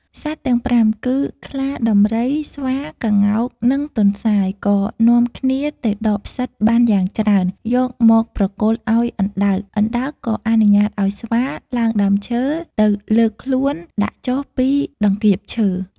សត្វទាំង៥ គឺខ្លា ដំរី ស្វា ក្ងោក និងទន្សាយ ក៏នាំគ្នាទៅដកផ្សិតបានយ៉ាងច្រើន យកមកប្រគល់ឲ្យអណ្ដើក អណ្ដើកក៏អនុញ្ញាតឲ្យស្វាឡើងដើមឈើ ទៅលើកខ្លួនដាក់ចុះពីតង្កៀបឈើ។